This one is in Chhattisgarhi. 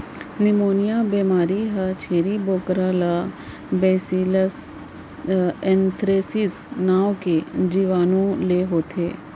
निमोनिया बेमारी ह छेरी बोकरा ला बैसिलस एंथ्रेसिस नांव के जीवानु ले होथे